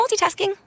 multitasking